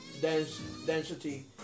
density